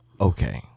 Okay